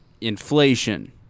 inflation